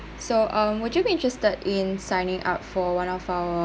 so um would you be interested in signing up for one of our